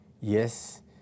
Yes